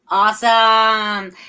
Awesome